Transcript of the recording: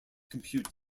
compute